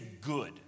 good